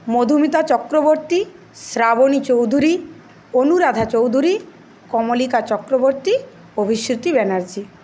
Madhumita Chakraborty Shraboni Chowdhury Anuradha Chowdhury Kamalika Chakraborty Abhishruti Banerjee